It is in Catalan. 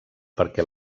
perquè